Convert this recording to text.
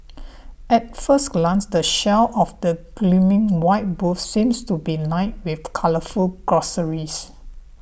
at first glance the shelves of the gleaming white booths seem to be lined with colourful groceries